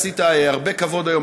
עשית הרבה כבוד היום,